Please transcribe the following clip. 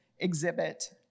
exhibit